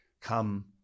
Come